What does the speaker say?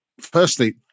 firstly